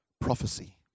prophecy